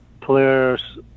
players